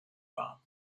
war